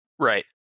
Right